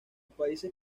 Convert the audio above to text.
países